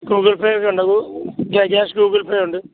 Google Pay ഒക്കെ ഉണ്ട് cash Google Pay ഉണ്ട്